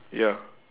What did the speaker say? ya